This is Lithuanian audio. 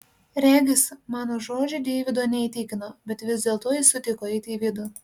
regis mano žodžiai deivido neįtikino bet vis dėlto jis sutiko eiti į vidų